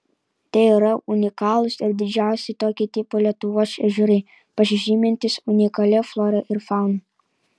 tai yra unikalūs ir didžiausi tokio tipo lietuvos ežerai pasižymintys unikalia flora ir fauna